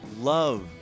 love